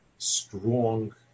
strong